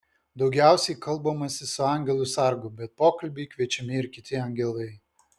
daugiausiai kalbamasi su angelu sargu bet pokalbiui kviečiami ir kiti angelai